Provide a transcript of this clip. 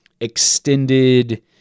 extended